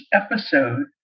episode